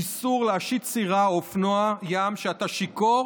איסור להשיט סירה או אופנוע ים כשאתה שיכור